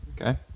Okay